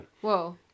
Whoa